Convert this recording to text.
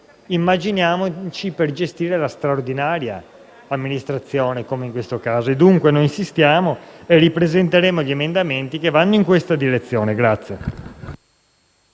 immaginiamoci per gestire la straordinaria amministrazione, come in questo caso. Dunque noi insistiamo e ripresenteremo gli emendamenti che vanno in questa direzione.